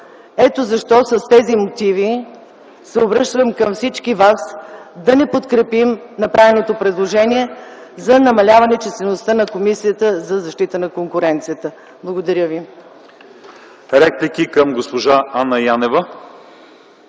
Ето защо с тези мотиви се обръщам към всички вас – да не подкрепим направеното предложение за намаляване числеността на Комисията за защита на конкуренцията. Благодаря.